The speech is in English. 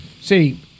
See